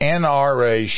nra